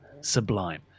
Sublime